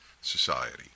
society